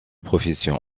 profession